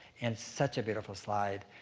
and such a beautiful slide.